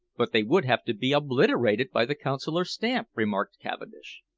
but they would have to be obliterated by the consular stamp, remarked cavendish. ah!